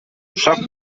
schafft